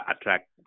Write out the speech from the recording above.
attract